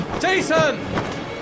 Jason